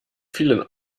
vielen